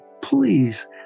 please